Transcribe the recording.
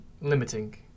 limiting